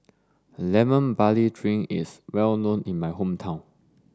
lemon barley drink is well known in my hometown